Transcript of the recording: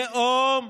לאום,